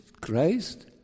Christ